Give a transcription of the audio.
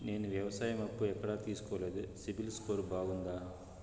నేను వ్యవసాయం అప్పు ఎక్కడ తీసుకోలేదు, సిబిల్ స్కోరు బాగుందా?